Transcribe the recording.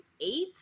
eight